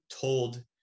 told